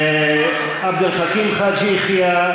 עבד אל חכים חאג' יחיא,